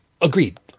agreed